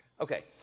Okay